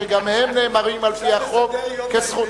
שגם הם נאמרים על-פי החוק כזכות,